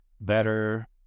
better